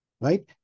right